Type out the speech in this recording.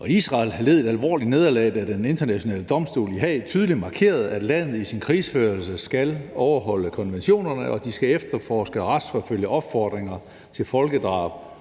og Israel led et alvorligt nederlag, da Den Internationale Domstol i Haag tydeligt markerede, at landet i sin krigsførelse skal overholde konventionerne, at de skal efterforske og retsforfølge opfordringer til folkedrab,